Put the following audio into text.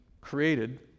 created